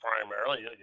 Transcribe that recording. primarily